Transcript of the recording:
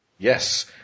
Yes